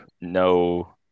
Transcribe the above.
no